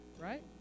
right